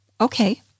Okay